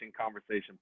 Conversation